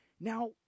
Now